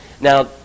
Now